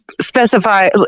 specify